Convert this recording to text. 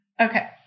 Okay